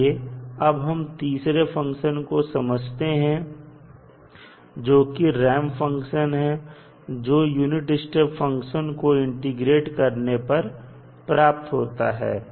आइए अब हम तीसरे फंक्शन को समझते हैं जोकि रैंप फंक्शन है जो यूनिट स्टेप फंक्शन को इंटीग्रेट करने पर प्राप्त होता है